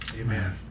amen